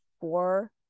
four